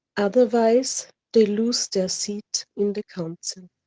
otherwise they loose their seat in the council.